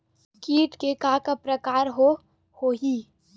कीट के का का प्रकार हो होही?